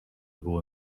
było